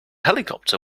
helicopter